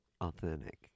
authentic